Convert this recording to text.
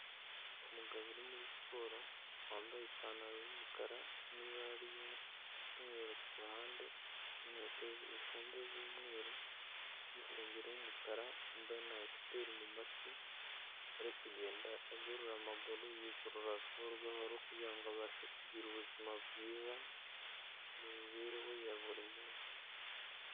Umugabo uri muri siporo wambaye ipantaro y'umukara n'ibara ry'umweru ku ruhande n'inkweto zifunze z'umweru, n'isengeri y'umukara wambaye na ekuteri mu matwi, ari kugenda agorora amaguru yigorora gahoro gahoro kugira ngo abashe kugira ubuzima bwiza, mu mibereho ya buri munsi.